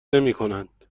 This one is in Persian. نمیکنند